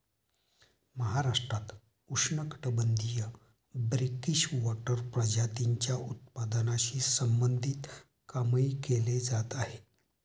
महाराष्ट्रात उष्णकटिबंधीय brackish water प्रजातींच्या उत्पादनाशी संबंधित कामही केले जात आहे